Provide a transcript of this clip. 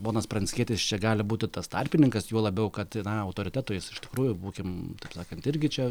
ponas pranckietis čia gali būti tas tarpininkas juo labiau kad na autoriteto jis iš tikrųjų būkim taip sakant irgi čia